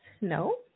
No